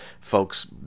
folks